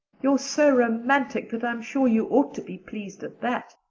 you're so romantic that i'm sure you ought to be pleased at that.